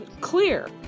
clear